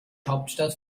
hauptstadt